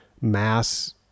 mass